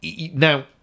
Now